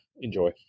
Enjoy